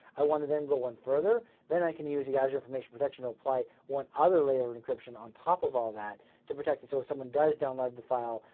i want to then go one further, then i can use the azure information protection to apply one other layer of encryption on top of all that to protect it. so if someone does download the file,